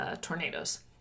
tornadoes